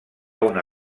una